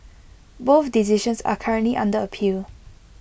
both decisions are currently under appeal